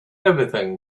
everything